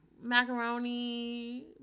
Macaroni